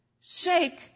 Shake